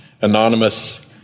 anonymous